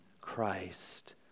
Christ